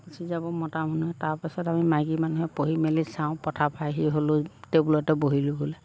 গুচি যাব মতা মানুহে তাৰপাছত আমি মাইকী মানুহে পঢ়ি মেলি চাওঁ পথাৰৰ পা আহি হ'লেও টেবুলতে বহিলোঁ বোলে